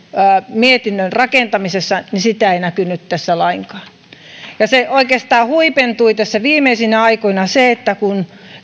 mietinnön rakentamisessa ei näkynyt tässä lainkaan se oikeastaan huipentui tässä viimeisinä aikoina niin että kun